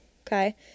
Okay